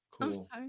Cool